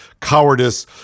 cowardice